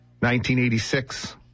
1986